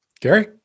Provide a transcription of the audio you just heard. Gary